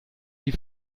die